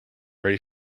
ready